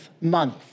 month